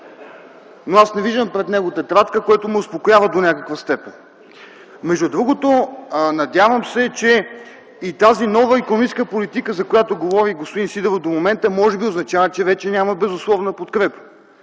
Но аз не виждам пред него тетрадка, което ме успокоява до някаква степен. Между другото, надявам се, че и тази нова икономическа политика, за която говори до момента господин Сидеров, означава, че вече няма безусловна подкрепа.